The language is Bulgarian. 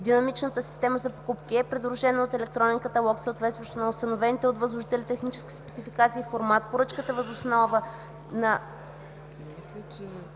Динамичната система за покупки е придружено от електронен каталог, съответстващ на установените от възложителя технически спецификации и формат, поръчката въз основа на